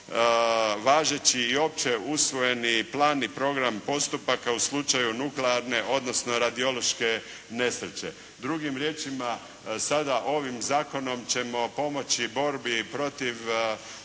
važeći i opće usvojeni plan i program postupaka u slučaju nuklearne odnosno radiološke nesreće. Drugim riječima, sada ovim zakonom ćemo pomoći borbi protiv